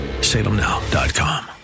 salemnow.com